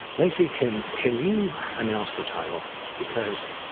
lacey, can can you announce the title? because,